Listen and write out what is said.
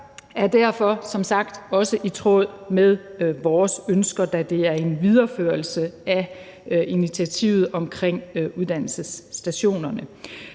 er derfor som sagt også i tråd med vores ønsker, da det er en videreførelse af initiativet omkring uddannelsesstationerne.